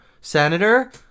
Senator